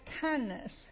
kindness